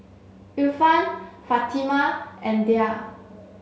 Irfan Fatimah and Dhia